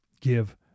give